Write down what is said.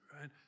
right